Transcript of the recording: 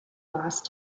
lost